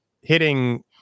hitting